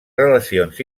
relacions